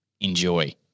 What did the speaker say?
Enjoy